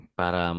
para